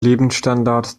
lebensstandard